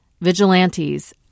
Vigilantes